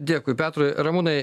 dėkui petrui ramūnai